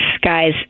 guys